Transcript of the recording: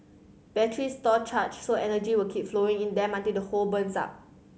batteries store charge so energy will keep flowing in them until the whole burns up